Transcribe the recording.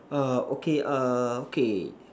err okay err okay